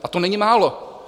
A to není málo.